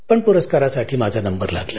पण पुरस्कारासाठी माझा नंबर लागला